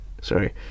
sorry